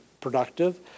productive